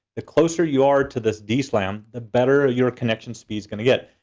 the closer you're to this d-slam, the better your connection speed is gonna get.